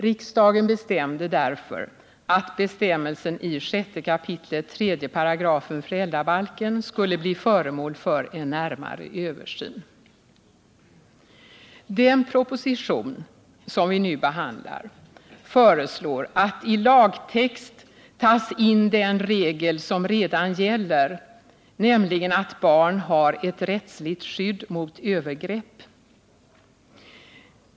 Riksdagen bestämde därför att bestämmelsen i 6 kap. 3§ föräldrabalken skulle bli föremål för en närmare översyn. Den proposition som vi nu behandlar föreslår att i lagtext tas in den regel som redan gäller, nämligen att barn har ett rättsligt skydd mot övergrepp.